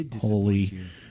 holy